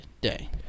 day